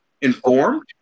informed